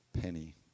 penny